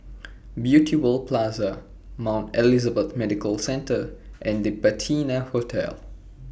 Beauty World Plaza Mount Elizabeth Medical Centre and The Patina Hotel